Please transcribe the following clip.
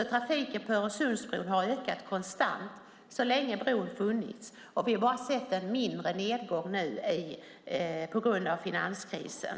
Trafiken på Öresundsbron har ökat konstant så länge bron funnits. Vi har bara kunnat se en mindre nedgång på grund av finanskrisen.